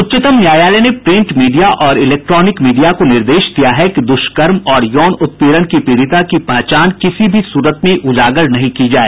उच्चतम न्यायालय ने प्रिंट मीडिया और इलेक्ट्रॉनिक मीडिया को निर्देश दिया है कि दुष्कर्म और यौन उत्पीड़न की पीड़िता की पहचान किसी भी सूरत में उजागर नहीं की जाए